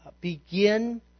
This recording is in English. begin